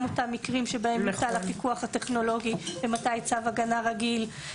אותם המקרים שבהם יוטל הפיקוח הטכנולוגי ומתי צו הגנה רגיל.